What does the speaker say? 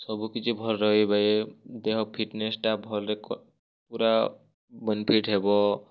ସବୁକିଛି ଭଲ୍ ରହିବେ ଦେହ ଫିଟ୍ନେସ୍ଟା ଭଲ୍ରେ ପୁରା ବେନିଫିଟ୍ ହେବ